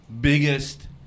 biggest